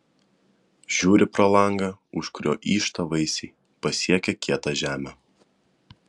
žiūri pro langą už kurio yžta vaisiai pasiekę kietą žemę